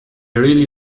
really